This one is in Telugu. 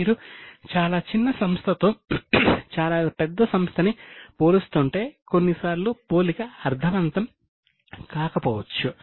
మీరు చాలా చిన్న సంస్థతో చాలా పెద్ద సంస్థని పోలుస్తుంటే కొన్నిసార్లు పోలిక అర్ధవంతం కాకపోవచ్చు